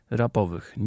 rapowych